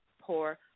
poor